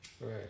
Right